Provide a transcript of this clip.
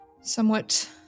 somewhat